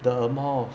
the amount of